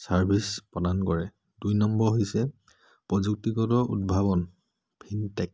service প্ৰদান কৰে দুই নম্বৰ হৈছে প্ৰযুক্তিগত উদ্ভাৱন ফিনটেক